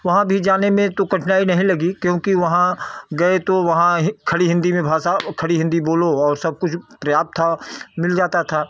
वहाँ भी जाने में तो कठिनाई नहीं लगी क्योंकि वहाँ गए तो वहाँ खड़ी हिंदी में भाषा खड़ी हिंदी बोलो और सब कुछ पर्याप्त था मिल जाता था